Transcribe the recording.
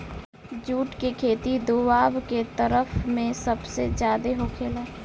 जुट के खेती दोवाब के तरफ में सबसे ज्यादे होखेला